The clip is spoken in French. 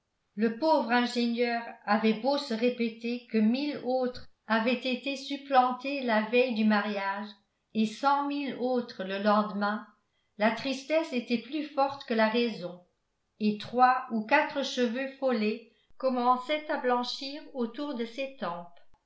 le pauvre ingénieur avait beau se répéter que mille autres avaient été supplantés la veille du mariage et cent mille autres le lendemain la tristesse était plus forte que la raison et trois ou quatre cheveux follets commençaient à blanchir autour de ses tempes